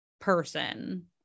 person